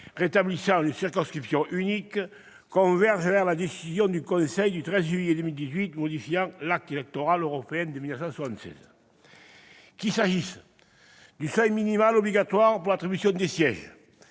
rétabli une circonscription unique, converge vers la décision du Conseil du 13 juillet 2018 modifiant l'acte électoral européen de 1976. Qu'il s'agisse du seuil minimal obligatoire pour l'attribution des sièges,